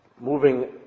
moving